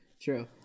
True